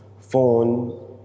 phone